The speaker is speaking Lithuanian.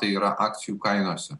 tai yra akcijų kainose